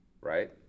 right